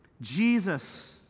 Jesus